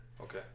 Okay